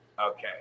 Okay